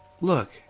Look